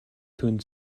түүнд